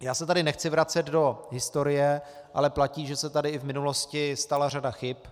Já se tady nechci vracet do historie, ale platí, že se tady i v minulosti stala řada chyb.